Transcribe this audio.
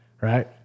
Right